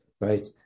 right